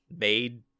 made